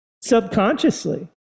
subconsciously